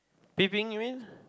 peeping you mean